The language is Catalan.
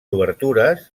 obertures